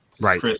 right